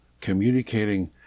communicating